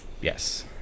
yes